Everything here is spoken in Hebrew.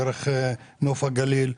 דרך נוף הגליל,